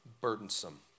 burdensome